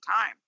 time